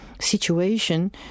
situation